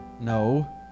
No